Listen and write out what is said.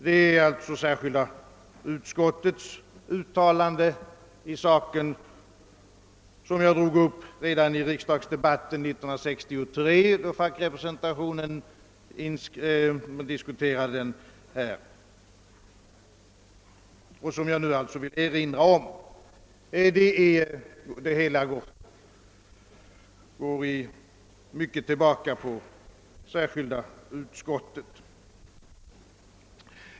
Det nämnda särskilda utskottets uttalande i denna fråga tog jag upp i riksdagsdebatten 1963, då frågan om fackrepresentationen diskuterades. Jag vill nu erinra om detta, ty hela frågan går i mycket tillbaka på det utskottsutlåtandet.